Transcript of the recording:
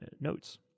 notes